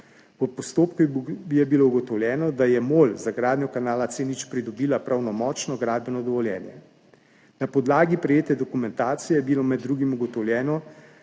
V postopku je bilo ugotovljeno, da je MOL za gradnjo kanala C0 pridobila pravnomočno gradbeno dovoljenje. Na podlagi prejete dokumentacije je bilo med drugim ugotovljeno,